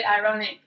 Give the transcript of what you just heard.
ironic